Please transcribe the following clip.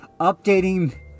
Updating